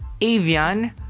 avian